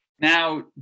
Now